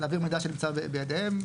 להעביר מידע שנמצא בידיהם.